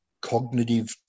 cognitive